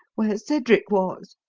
where cedric was.